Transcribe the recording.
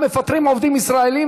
גם מפטרים עובדים ישראלים,